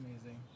amazing